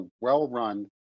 well-run